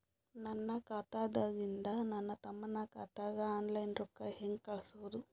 ನನ್ನ ಖಾತಾದಾಗಿಂದ ನನ್ನ ತಮ್ಮನ ಖಾತಾಗ ಆನ್ಲೈನ್ ರೊಕ್ಕ ಹೇಂಗ ಕಳಸೋದು?